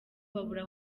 babura